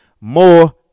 More